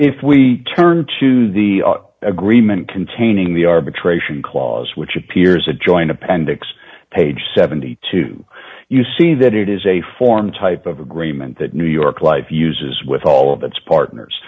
if we turn to the agreement containing the arbitration clause which appears a joint appendix page seventy two you see that it is a form type of agreement that new york life uses with all of its partners